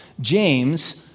James